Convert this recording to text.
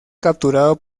capturado